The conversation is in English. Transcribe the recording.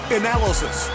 analysis